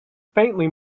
faintly